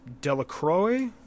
Delacroix